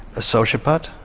a sociopath?